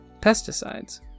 pesticides